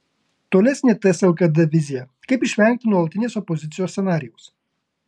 tolesnė ts lkd vizija kaip išvengti nuolatinės opozicijos scenarijaus